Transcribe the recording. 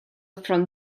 from